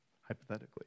hypothetically